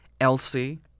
Elsie